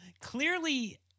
clearly